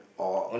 or